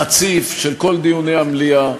רציף, של כל דיוני המליאה.